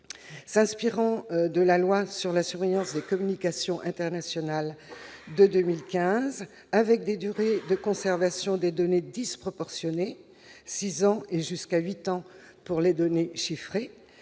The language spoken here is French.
S'inspirant de la loi sur la surveillance des communications internationales de 2015, avec des durées de conservation des données disproportionnées- six ans et jusqu'à huit ans pour les données chiffrées